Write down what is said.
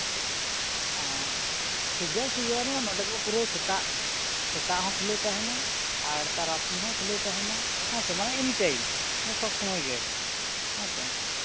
ᱚ ᱴᱷᱤᱠ ᱜᱮᱭᱟ ᱚᱥᱩᱵᱤᱫᱷᱟ ᱵᱟᱹᱱᱩᱜᱼᱟ ᱱᱚᱸᱰᱮ ᱫᱚ ᱯᱩᱨᱟᱹ ᱥᱮᱛᱟᱜ ᱥᱮᱛᱟᱜ ᱦᱚᱸ ᱠᱷᱩᱞᱟᱹᱣ ᱛᱟᱦᱮᱱᱟ ᱟᱨ ᱛᱟᱨᱟᱥᱤᱧ ᱦᱚᱸ ᱠᱷᱩᱞᱟᱹᱣ ᱛᱟᱦᱮᱱᱟ ᱦᱮᱸ ᱥᱮ ᱢᱟᱱᱮ ᱮᱱᱤ ᱴᱟᱭᱤᱢ ᱢᱟᱱᱮ ᱥᱚᱵᱽ ᱥᱚᱢᱚᱭ ᱜᱮ ᱦᱮᱸ ᱥᱮ